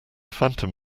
phantom